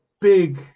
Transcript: big